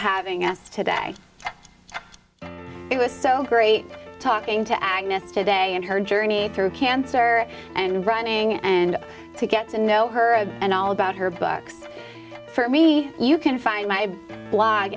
having us today it was so great talking to agnes today and her journey through cancer and running and to get to know her and all about her books for me you can find my blog